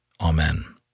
Amen